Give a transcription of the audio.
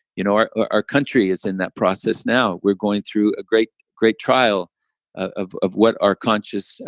you know, our our country is in that process now. we're going through a great great trial of of what our conscious,